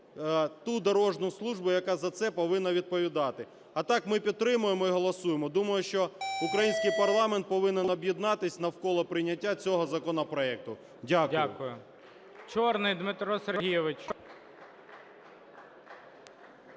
ту дорожню службу, яка за це повинна відповідати. А так ми підтримуємо і голосуємо. Думаю, що український парламент повинен об'єднатись навколо прийняття цього законопроекту. Дякую.